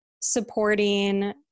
supporting